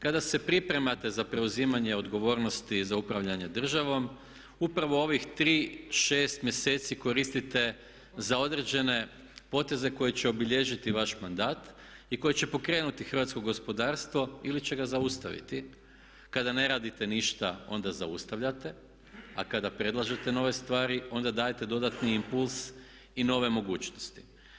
Kada se pripremate za preuzimanje odgovornosti za upravljanje državom, upravo ovih 3, 6 mjeseci koristite za određene poteze koji će obilježiti vaš mandat i koji će pokrenuti hrvatsko gospodarstvo ili će ga zaustaviti kada ne radite ništa onda zaustavljate, a kada predlažete nove stvari onda dajete dodatni impuls i nove mogućnosti.